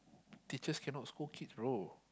teachers cannot scold kids bro